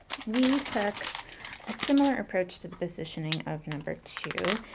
we took a similar approach to the positioning of number two,